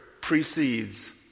precedes